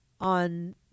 on